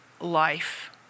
life